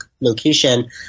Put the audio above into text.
location